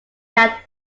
had